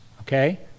okay